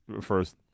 first